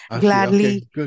gladly